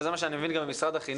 וזה מה שאני גם מבין ממשרד החינוך,